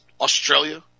Australia